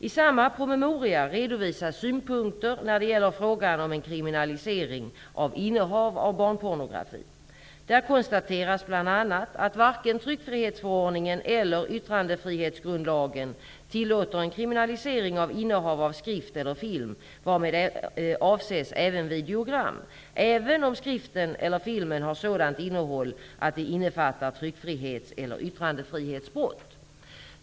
I samma promemoria redovisas synpunkter när det gäller frågan om en kriminalisering av innehav av barnpornografi. Där konstateras bl.a. att varken tryckfrihetsförordningen eller yttrandefrihetsgrundlagen tillåter en kriminalisering av innehav av skrift eller film -- varmed avses även videogram -- även om skriften eller filmen har sådant innehåll att det innefattar tryckfrihets eller yttrandefrihetsbrott.